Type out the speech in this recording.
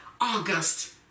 August